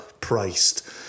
priced